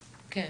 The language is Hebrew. כן.